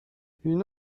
une